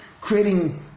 creating